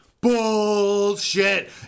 bullshit